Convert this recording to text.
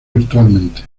virtualmente